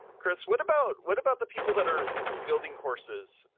chris, what about, what about the people that are building courses?